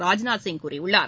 ராஜ்நாத் சிங் கூறியுள்ளார்